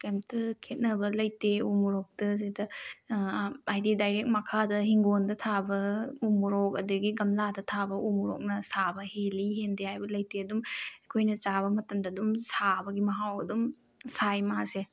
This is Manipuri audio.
ꯀꯔꯤꯝꯇ ꯈꯦꯠꯅꯕ ꯂꯩꯇꯦ ꯎ ꯃꯣꯔꯣꯛꯇ ꯁꯤꯗ ꯍꯥꯏꯗꯤ ꯗꯥꯏꯔꯤꯛ ꯃꯈꯥꯗ ꯏꯪꯈꯣꯜꯗ ꯊꯥꯕ ꯎ ꯃꯣꯔꯣꯛ ꯑꯗꯒꯤ ꯒꯝꯂꯥꯗ ꯊꯥꯕ ꯎ ꯃꯣꯔꯣꯛꯅ ꯁꯥꯕ ꯍꯦꯜꯂꯤ ꯍꯦꯟꯗꯦ ꯍꯥꯏꯕ ꯂꯩꯇꯦ ꯑꯗꯨꯝ ꯑꯩꯈꯣꯏꯅ ꯆꯥꯕ ꯃꯇꯝꯗ ꯑꯗꯨꯝ ꯁꯥꯕꯒꯤ ꯃꯍꯥꯎ ꯑꯗꯨꯝ ꯁꯥꯏ ꯃꯥꯁꯦ